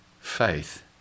faith